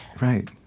Right